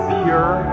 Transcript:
pure